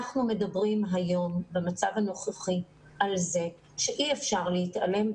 אנחנו מדברים היום במצב הנוכחי על זה שאי אפשר להתעלם.